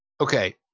Okay